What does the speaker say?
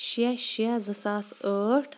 شےٚ شےٚ زٕ ساس ٲٹھ